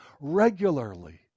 regularly